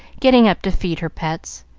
getting up to feed her pets.